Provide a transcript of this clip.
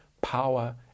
power